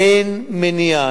אין מניעה,